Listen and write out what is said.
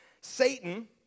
Satan